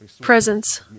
presence